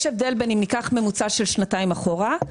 יש הבדל בין אם ניקח ממוצע של שנתיים אחורה,